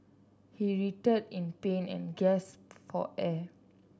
he writhed in pain and gasped for air